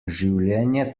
življenje